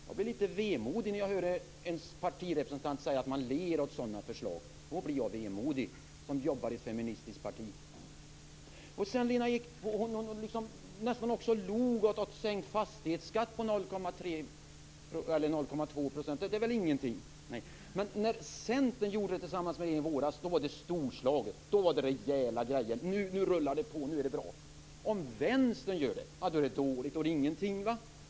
Jag blir lite vemodig när jag hör en partirepresentant säga att man ler åt sådana förslag. Då blir jag, som jobbar i ett feministiskt parti, vemodig. Lena Ek nästan log också åt sänkt fastighetsskatt på 0,2 %. Det är väl ingenting! Men när Centern genomförde det tillsammans med regeringen i våras var det storslaget. Då var det rejäla grejer, och nu rullar det på, nu är det bra. Om Vänstern gör det är det dåligt. Då är det ingenting.